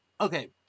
okay